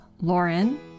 Lauren